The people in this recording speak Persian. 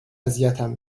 اذیتم